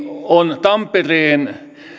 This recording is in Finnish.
on tampereen